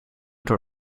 door